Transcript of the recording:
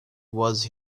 was